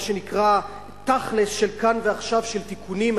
מה שנקרא תכל'ס של כאן ועכשיו של תיקונים,